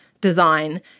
design